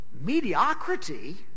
mediocrity